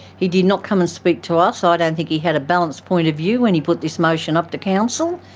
he did not come and speak to us, ah i don't think he had a balanced point of view when he put this motion up to council.